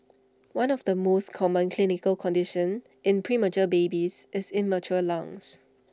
one of the most common clinical conditions in premature babies is immature lungs